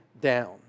down